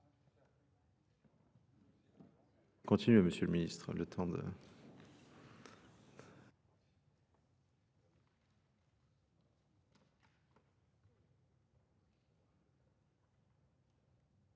Continue, monsieur le ministre.